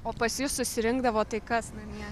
o pas jus susirinkdavo tai kas namie